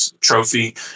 trophy